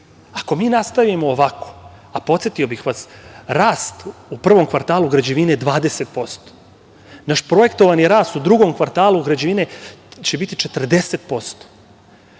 Ako mi nastavimo ovako, a podsetio bih vas, rast u pravom kvartalu građevine je 20%. Naš projektovani rast u drugom kvartalu građevine će biti 40%.